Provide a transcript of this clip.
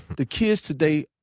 the kids today,